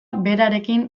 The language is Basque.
berarekin